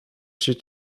się